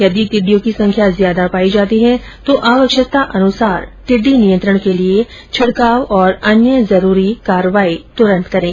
यदि टिड्डियों की संख्या ज्यादा पायी जाती है तो आवश्यकता अनुसार टिड्डी नियंत्रण के लिए छिड़काव और अन्य जरूरी कार्रवाई त्रंत करें